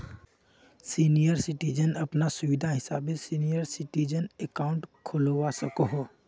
senior citizen अपना सुविधा हिसाबे सीनियर सिटीजन अकाउंट खोलवा सकोह